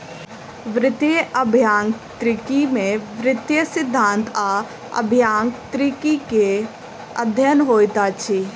वित्तीय अभियांत्रिकी में वित्तीय सिद्धांत आ अभियांत्रिकी के अध्ययन होइत अछि